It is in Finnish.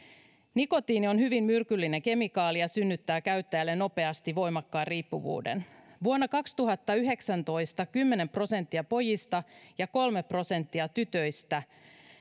nikotiini on hyvin myrkyllinen kemikaali ja synnyttää käyttäjälle nopeasti voimakkaan riippuvuuden vuonna kaksituhattayhdeksäntoista pojista kymmenen prosenttia ja tytöistä kolme prosenttia